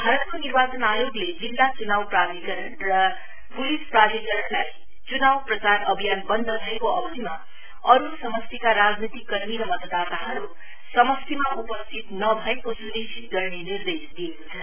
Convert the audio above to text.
भारतको निर्वाचन आयोगले जिल्ला चुनाव प्राधिकरण र पुलिस प्राधिकरणलाई चुनाव प्रचार अभियान वन्ध भएको अवधिमा अरु समष्टिका राजनैतिक कर्मी र मतदाताहरु समष्टिमा उपस्थित नभएको सुनिश्चित गर्ने निर्देश दिएको छ